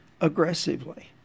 aggressively